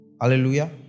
Hallelujah